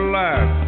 life